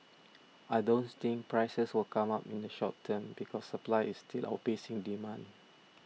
I don't think prices will come up in the short term because supply is still outpacing demand